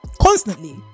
constantly